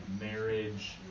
marriage